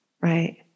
Right